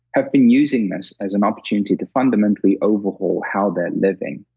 have been using this as an opportunity to fundamentally overhaul how they're living.